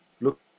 look